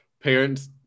parents